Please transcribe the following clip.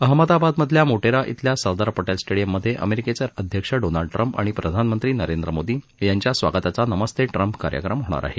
अहमदाबादमधल्या मोटेरा शिल्या सरदार पटेल स्टेडिअममध्ये अमेरिकेचे राष्ट्राध्यक्ष डोनाल्ड ट्रम्प आणि प्रधानमंत्री नरेंद्र मोदी यांच्या स्वागताचा नमस्ते ट्रम्प कार्यक्रम होणार आहे